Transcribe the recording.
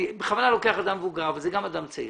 אני בכוונה לוקח כדוגמה אדם מבוגר אבל זה גם אדם צעיר.